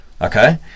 okay